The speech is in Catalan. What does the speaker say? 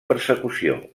persecució